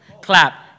Clap